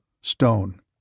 Stone